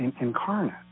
incarnate